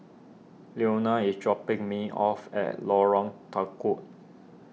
Leonia is dropping me off at Lorong Tukol